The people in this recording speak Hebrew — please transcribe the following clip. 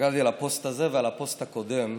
הסתכלתי על הפוסט הזה ועל הפוסט הקודם.